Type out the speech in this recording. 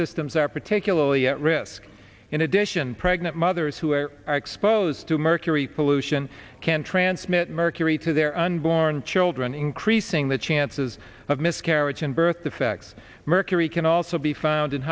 systems are particularly at risk in addition pregnant mothers who are exposed to mercury pollution can transmit mercury to their unborn children increasing the chances of miscarriage and birth defects mercury can also be found in